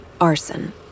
Arson